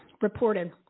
reported